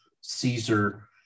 Caesar